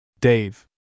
Dave